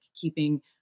keeping